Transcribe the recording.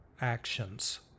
actions